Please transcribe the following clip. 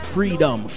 Freedom